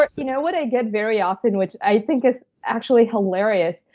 but you know what i get very often which i think is actually hilarious,